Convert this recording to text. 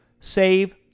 save